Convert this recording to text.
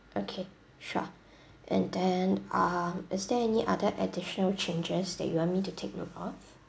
okay sure and then uh is there any other additional changes that you want me to take note of